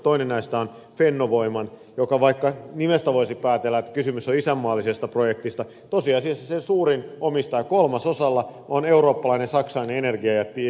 toinen näistä on fennovoiman jonka vaikka nimestä voisi päätellä että kysymys on isänmaallisesta projektista tosi asiassa suurin omistaja kolmasosalla on eurooppalainen saksalainen energiajätti e